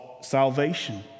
salvation